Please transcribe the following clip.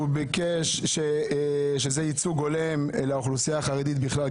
הוא מדבר על ייצוג הולם לאוכלוסייה החרדית בכלל,